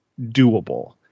doable